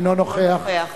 אינו נוכח